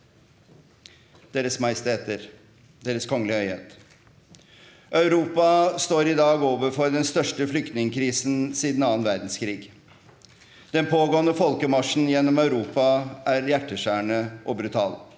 Deres Majesteter, Deres Kongelige Høyhet. – Europa står i dag overfor den største flyktningkrisen siden annen verdenskrig. Den pågående folkemarsjen gjennom Europa er hjerteskjærende og brutal.